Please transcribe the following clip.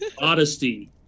modesty